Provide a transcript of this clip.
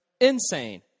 insane